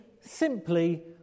simply